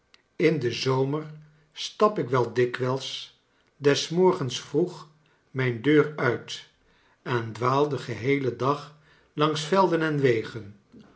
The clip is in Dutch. in den zomer stap ik wel dikwijls des morgens vroeg mijne deur uit en dwaal den geheelen dag langs velden en wegen